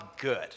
good